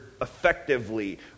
effectively